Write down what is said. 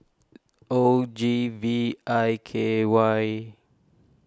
O G V I K Y